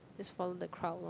just follow the crowd lor